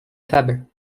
fable